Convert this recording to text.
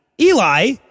Eli